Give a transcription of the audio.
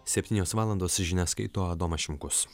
septynios valandos žinias skaito adomas šimkus